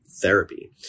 therapy